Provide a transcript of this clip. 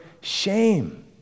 shame